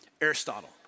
Aristotle